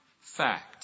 fact